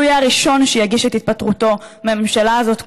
שהוא יהיה הראשון שיגיש את התפטרותו מהממשלה הזאת,